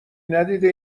ندیده